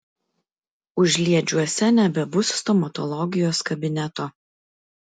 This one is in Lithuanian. užliedžiuose nebebus stomatologijos kabineto